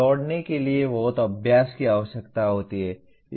दौड़ने के लिए बहुत अभ्यास की आवश्यकता होती है